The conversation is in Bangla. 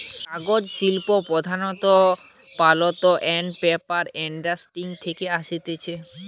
কাগজ শিল্প প্রধানত পাল্প আন্ড পেপার ইন্ডাস্ট্রি থেকে আসতিছে